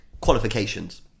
qualifications